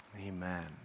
Amen